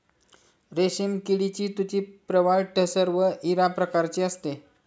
रेशीम किडीची तुती प्रवाळ टसर व इरा प्रकारची असते